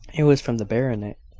it was from the baronet,